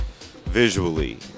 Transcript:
visually